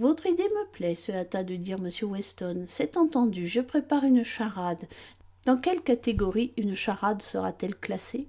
votre idée me plaît se hâta de dire m weston c'est entendu je prépare une charade dans quelle catégorie une charade sera-t-elle classée